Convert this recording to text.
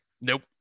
Nope